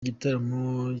gitaramo